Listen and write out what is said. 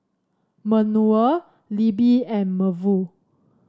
Manuel Libbie and Maeve